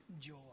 joy